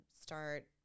start